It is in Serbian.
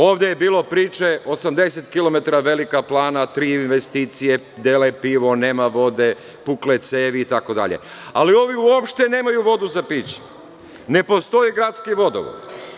Ovde je bilo priče 80 kilometara Velika Plana, tri investicije, dele pivo, nema vode, pukle cevi itd, ali ovi uopšte nemaju vodu za piće, ne postoji gradski vodovod.